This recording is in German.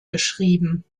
geschrieben